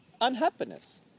unhappiness